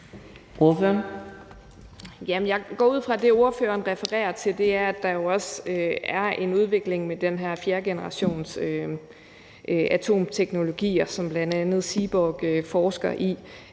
Jeg går ud fra, at det, ordføreren refererer til, er, at der jo også er en udvikling med den her fjerdegenerationsatomteknologi, som bl.a. Seaborg forsker i.